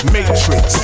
Matrix